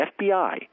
FBI